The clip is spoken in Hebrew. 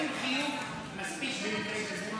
האם חיוך מספיק במקרה כזה?